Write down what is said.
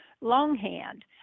longhand